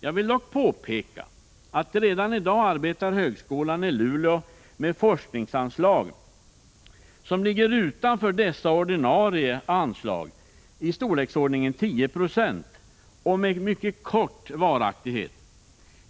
Jag vill emellertid påpeka att högskolan i Luleå redan i dag arbetar med forskningsanslag som ligger utanför dessa ordinarie sakanslag i storleksordningen 10 26 med mycket kort varaktighet.